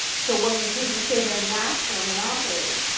so what do you do? you say they are natural monopolies.